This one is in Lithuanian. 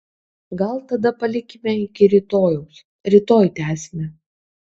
gal tada palikime iki rytojaus rytoj tęsime